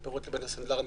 מתפרות לסנדלר המסכן?